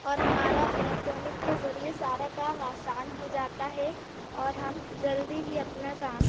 और हमारा इलेक्ट्रॉनिक के ज़रिए सारा काम आसान हो जाता है और हम जल्दी ही अपना काम